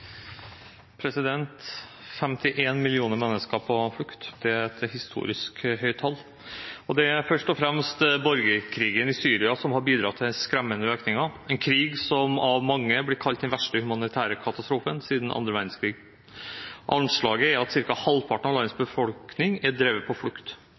avsluttet. 51 millioner mennesker på flukt: Det er et historisk høyt tall, og det er først og fremst borgerkrigen i Syria som har bidratt til den skremmende økningen, en krig som av mange blir kalt den verste humanitære katastrofen siden den andre verdenskrigen. Anslaget er at ca. halvparten av landets befolkning er drevet på flukt.